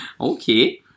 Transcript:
Okay